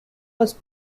was